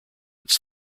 its